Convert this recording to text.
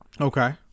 Okay